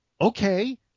Okay